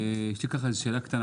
יש לי שאלה קטנה,